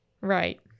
Right